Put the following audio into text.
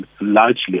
largely